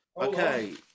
Okay